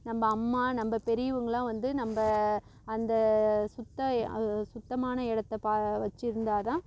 நம்ப அம்மா நம்ப பெரியவங்களாம் வந்து நம்ப அந்த சுத்த சுத்தமான இடத்த பா வச்சிருந்தா தான்